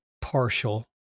partial